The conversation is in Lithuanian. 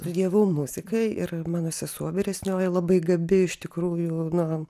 studijavau muziką ir mano sesuo vyresnioji labai gabi iš tikrųjų na